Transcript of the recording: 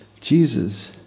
Jesus